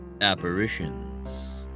Apparitions